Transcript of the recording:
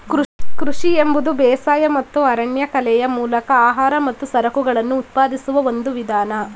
ಕೃಷಿ ಎಂಬುದು ಬೇಸಾಯ ಮತ್ತು ಅರಣ್ಯಕಲೆಯ ಮೂಲಕ ಆಹಾರ ಮತ್ತು ಸರಕುಗಳನ್ನು ಉತ್ಪಾದಿಸುವ ಒಂದು ವಿಧಾನ